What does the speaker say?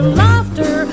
laughter